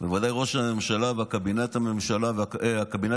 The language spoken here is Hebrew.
בוודאי ראש הממשלה והקבינט המלחמתי